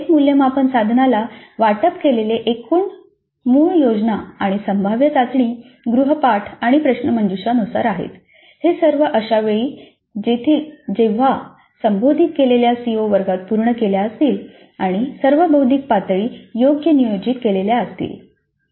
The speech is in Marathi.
तर प्रत्येक मूल्यमापन साधनाला वाटप केलेले एकूण गुण मूळ योजना आणि संभाव्य चाचणी गृहपाठ आणि प्रश्नमंजुषानुसार आहेत हे सर्व अशा वेळी येथील जेव्हा संबोधित केलेल्या सीओ वर्गात पूर्ण केलेल्या असतील आणि सर्व बौद्धिक पातळी योग्य नियोजित केलेल्या असतील